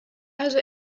also